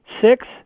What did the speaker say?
Six